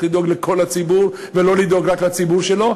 לדאוג לכל הציבור ולא לדאוג רק לציבור שלו.